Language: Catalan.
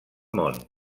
món